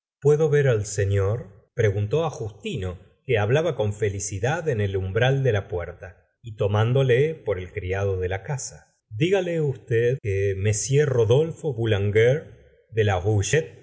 puedo ver al seilor preguntó á justino que hablaba con felicidad en el umbral de la puerta y tomándole por el criado de la casa digale usted que m rodolfo boulanger de la